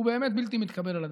הוא באמת בלתי מתקבל על הדעת.